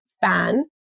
fan